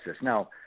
Now